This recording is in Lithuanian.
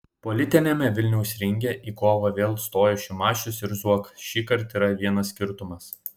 politiniame vilniaus ringe į kovą vėl stoja šimašius ir zuokas šįkart yra vienas skirtumas